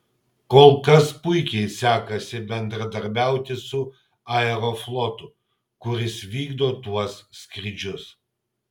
kol kas puikiai sekasi bendradarbiauti su aeroflotu kuris vykdo tuos skrydžius